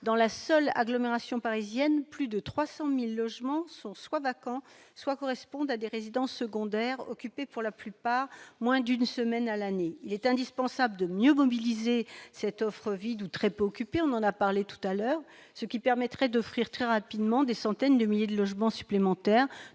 Dans la seule agglomération parisienne, plus de 300 000 logements soit sont vacants, soit sont des résidences secondaires occupées, pour la plupart, moins d'une semaine à l'année. Il est indispensable de mieux mobiliser cette offre vide ou très peu occupée, ce qui permettrait d'offrir très rapidement des centaines de milliers de logements supplémentaires